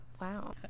Wow